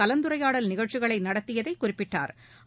கலந்தரையாடல் நிகழ்ச்சிகளை நடத்தியதை குறிப்பிட்டாா்